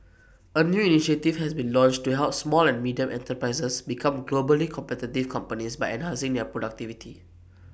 A new initiative has been launched to help small and medium enterprises become globally competitive companies by enhancing their productivity